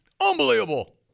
Unbelievable